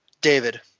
David